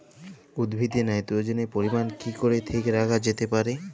উদ্ভিদে নাইট্রোজেনের পরিমাণ কি করে ঠিক রাখা যেতে পারে?